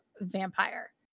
vampire